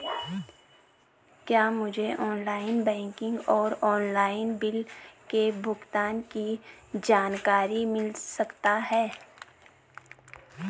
क्या मुझे online banking और ऑनलाइन बिलों के भुगतान की जानकारी मिल सकता है?